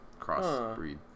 crossbreed